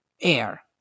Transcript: air